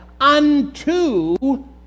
unto